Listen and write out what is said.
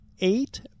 eight